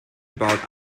about